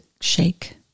shake